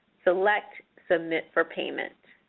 select submit for payment.